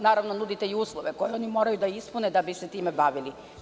Nudite naravno i uslove koje oni moraju da ispune da bi se time bavili.